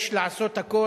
יש לעשות הכול.